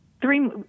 three